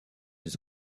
des